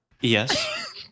Yes